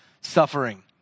suffering